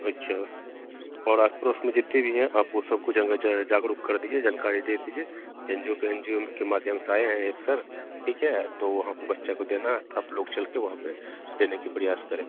अच्छा और आस पड़ोस में जितने भी हैं आपको वो सबको जागरुक कर दीजिए जानकारी दे दीजिए एन जी ओ के एन जी ओ के माध्यम से आए हैं एक सर ठीक है तो वहाँ पर बच्चा को देना तो आप लोग चल के वहाँ पर देने की प्रयास करें